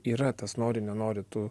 yra tas nori nenori tu